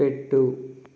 పెట్టు